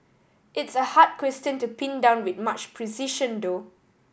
it's a hard question to pin down with much precision though